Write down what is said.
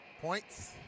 Points